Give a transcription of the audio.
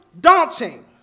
daunting